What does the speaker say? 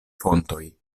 fontoj